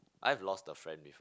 I have lost the friend before